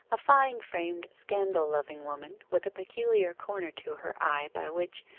a fine-framed, scandal-loving woman, with a peculiar corner to her eye by which,